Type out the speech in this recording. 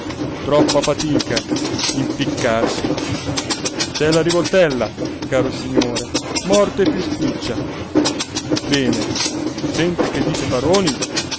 troppa fatica impiccarsi c'è la rivoltella caro signore morte piú spiccia bene sente che dice paroni